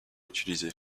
utilisé